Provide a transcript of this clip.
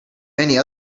many